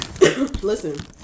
listen